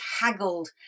haggled